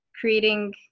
creating